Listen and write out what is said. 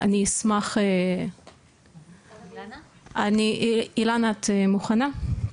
אילנה את מוכנה?